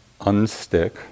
unstick